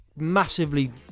massively